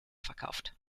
verkauft